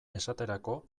esaterako